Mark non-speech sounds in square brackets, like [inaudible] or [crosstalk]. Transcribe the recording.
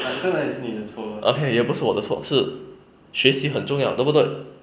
[laughs] okay 也不是我的错是学习很重要对不对